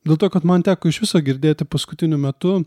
dėl to kad man teko iš viso girdėti paskutiniu metu